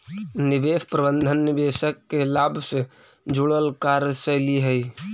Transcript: निवेश प्रबंधन निवेशक के लाभ से जुड़ल कार्यशैली हइ